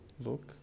look